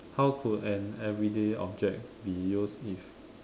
how could an everyday object be used if